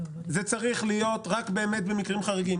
זה צריך להיות רק באמת במקרים חריגים.